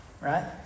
right